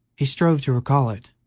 he strove to recall it,